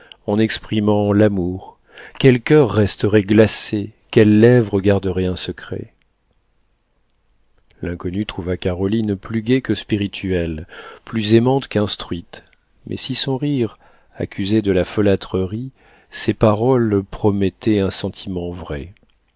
en exprimant l'amour quels coeurs resteraient glacés quelles lèvres garderaient un secret l'inconnu trouva caroline plus gaie que spirituelle plus aimante qu'instruite mais si son rire accusait de la folâtrerie ses paroles promettaient un sentiment vrai